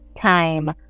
time